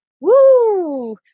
woo